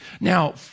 Now